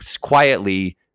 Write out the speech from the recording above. quietly